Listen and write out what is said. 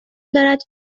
دارد